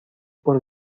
por